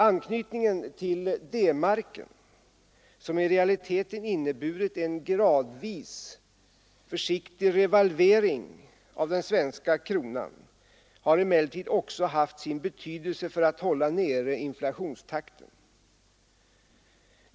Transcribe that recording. Anknytningen till D-marken, som i realiteten inneburit en gradvis försiktig revalvering av den svenska kronan, har emellertid också haft sin betydelse för att hålla nere inflationstakten.